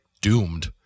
doomed